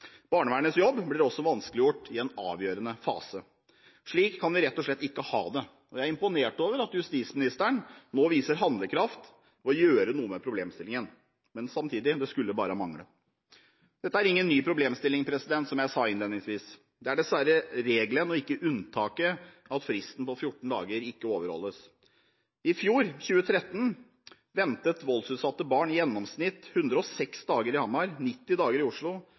Barnevernets jobb blir også vanskeliggjort i en avgjørende fase. Slik kan vi rett og slett ikke ha det. Jeg er imponert over at justisministeren nå viser handlekraft og vil gjøre noe med problemstillingen. Men samtidig – det skulle bare mangle! Dette er ingen ny problemstilling, som jeg sa innledningsvis. Det er dessverre regelen og ikke unntaket at fristen på 14 dager ikke overholdes. I fjor – i 2013 – ventet voldsutsatte barn i gjennomsnitt 106 dager i Hamar, 90 dager i Oslo,